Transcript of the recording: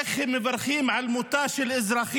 איך הם מברכים על מותה של אזרחית,